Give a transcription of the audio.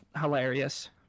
hilarious